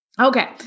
Okay